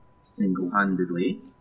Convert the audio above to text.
single-handedly